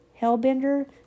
Hellbender